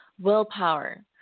willpower